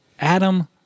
Adam